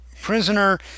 prisoner